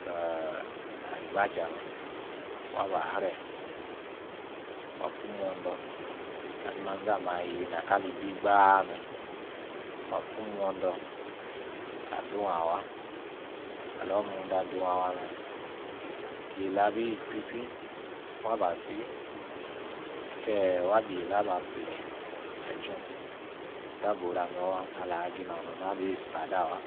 Eeeh, aribacha' me', waba asre. Wa pu imondor ali'manzi ame ayi nakali bi gba me', wa pu imonder ading a wa. Ala wiimondor adung awa me, ki yela'bi achitchui, wa ba si, keyi wa yala aba pleajung. otah bore ame' wa along ha nong me abi sradawa.